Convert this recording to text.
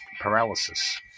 paralysis